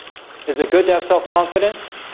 is it good to have self-confidence?